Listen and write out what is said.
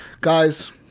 Guys